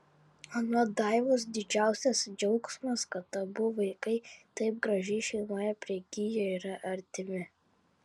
anot daivos didžiausias džiaugsmas kad abu vaikai taip gražiai šeimoje prigijo yra artimi